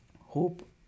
hope